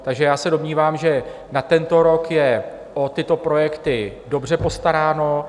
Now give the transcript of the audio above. Takže já se domnívám, že na tento rok je o tyto projekty dobře postaráno.